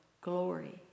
Glory